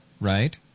Right